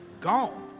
gone